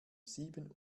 sieben